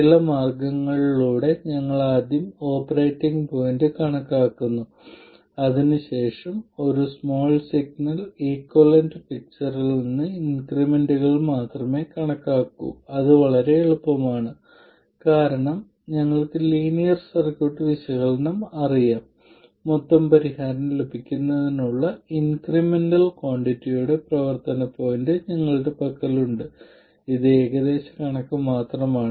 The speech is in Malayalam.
ചെറിയ സിഗ്നൽ സ്വഭാവസവിശേഷതകൾ വലിയ സിഗ്നൽ സവിശേഷതകളിൽ നിന്ന് ഉരുത്തിരിഞ്ഞതാണ് ചെറിയ സിഗ്നൽ ലീനിയർ പാരാമീറ്ററുകൾ അടിസ്ഥാനപരമായി ഓപ്പറേറ്റിംഗ് പോയിന്റിലെ വലിയ സിഗ്നൽ സ്വഭാവസവിശേഷതകളുടെ സ്ലോപ്പാണ്